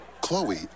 Chloe